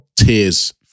tears